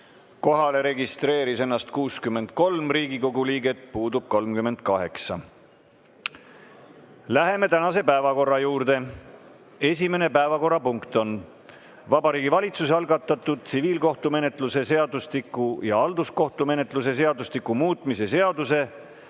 Kohalolijaks registreeris ennast 63 Riigikogu liiget, puudub 38. Läheme tänase päevakorra juurde. Esimene päevakorrapunkt on Vabariigi Valitsuse algatatud tsiviilkohtumenetluse seadustiku ja halduskohtumenetluse seadustiku muutmise seaduse